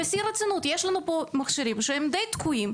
בשיא הרצינות: יש לנו פה מכשירים שהם די תקועים,